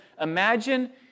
Imagine